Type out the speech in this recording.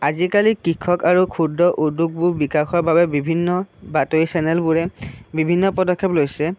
আজিকালি কৃষক আৰু ক্ষুদ্ৰ উদ্যোগবোৰ বিকাশৰ বাবে বিভিন্ন বাতৰি চেনেলবোৰে বিভিন্ন পদক্ষেপ লৈছে